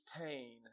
pain